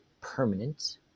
permanent